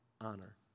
honor